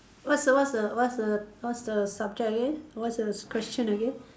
what's the what's the what's the what's the subject again what's the question again